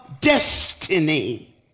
destiny